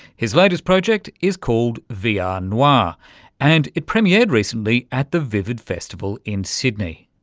his latest project is called vr ah noir ah and it premiered recently at the vivid festival in sydney